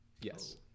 yes